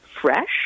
fresh